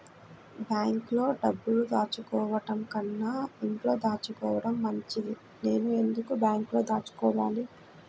బ్యాంక్లో డబ్బులు దాచుకోవటంకన్నా ఇంట్లో దాచుకోవటం మంచిది నేను ఎందుకు బ్యాంక్లో దాచుకోవాలి?